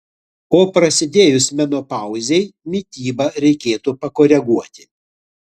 o prasidėjus menopauzei mitybą reikėtų pakoreguoti